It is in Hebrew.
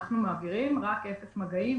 אנחנו מעבירים רק אפס מגעים,